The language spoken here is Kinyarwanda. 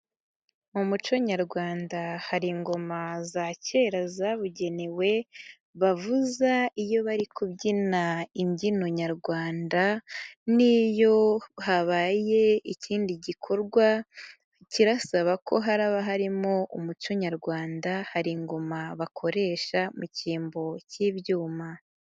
Mu muco Nyarwanda hari ingoma za kera zabugenewe bavuza iyo bari kubyina imbyino Nyarwanda, n'iyo habaye ikindi gikorwa kirasaba ko haba harimo umuco Nyarwanda, hari ingoma bakoresha mu cyimbo cy'ibyuma.